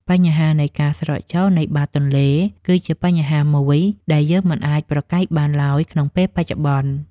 បញ្ហានៃការស្រកចុះនៃបាតទន្លេគឺជាបញ្ហាមួយដែលយើងមិនអាចប្រកែកបានឡើយក្នុងពេលបច្ចុប្បន្ន។